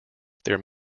their